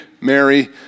Mary